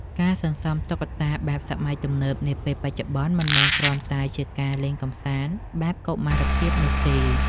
ការសន្សំតុក្កតាបែបសម័យទំនើបនាពេលបច្ចុប្បន្ន មិនមែនគ្រាន់តែជាការលេងកម្សាន្តបែបកុមារភាពនោះទេ។